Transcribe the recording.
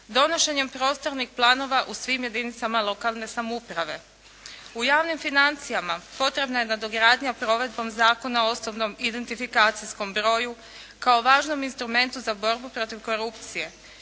Donošenjem prostornih planova u svim jedinicama lokalne samouprave. U javnim financijama potrebna je nadogradnja provedbom Zakona o osobnom identifikacijskom broju kao važnom instrumentu za borbu protiv korupcije.